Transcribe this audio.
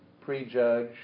prejudge